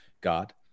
God